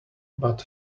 but